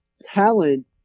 talent